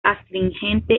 astringente